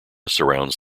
surrounds